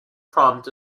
prompt